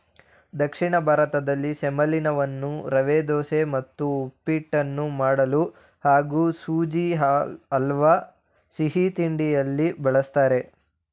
ದಕ್ಷಿಣ ಭಾರತದಲ್ಲಿ ಸೆಮಲೀನವನ್ನು ರವೆದೋಸೆ ಮತ್ತು ಉಪ್ಪಿಟ್ಟನ್ನು ಮಾಡಲು ಹಾಗೂ ಸುಜಿ ಹಲ್ವಾ ಸಿಹಿತಿಂಡಿಯಲ್ಲಿ ಬಳಸ್ತಾರೆ